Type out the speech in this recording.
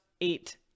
eight